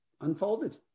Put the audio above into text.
unfolded